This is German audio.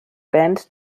band